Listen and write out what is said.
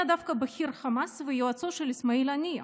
דווקא בכיר חמאס ויועצו של אסמאעיל הנייה.